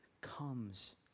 comes